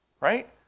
Right